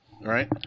Right